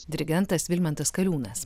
dirigentas vilmantas kaliūnas